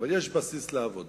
אבל יש בסיס לעבודה.